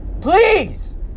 Please